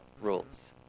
rules